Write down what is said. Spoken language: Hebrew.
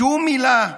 שום מילה,